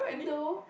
no